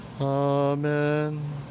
Amen